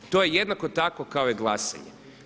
To je jednako tako kao i glasanje.